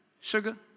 Sugar